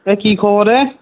এ কি খবৰ এ